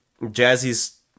Jazzy's